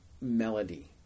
melody